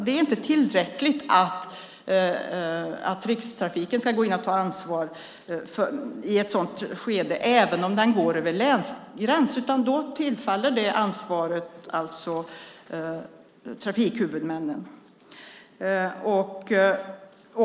Det är inte Rikstrafiken som ska gå in och ta ansvar i ett sådant skede även om trafiken går över en länsgräns, utan det ansvaret tillfaller trafikhuvudmännen.